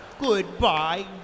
Goodbye